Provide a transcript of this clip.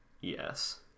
Yes